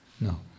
No